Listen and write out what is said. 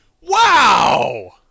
Wow